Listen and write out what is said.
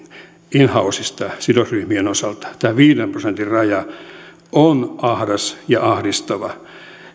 in housesta sidosryhmien osalta tämä viiden prosentin raja on ahdas ja ahdistava